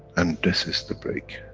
and this is the break.